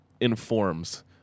informs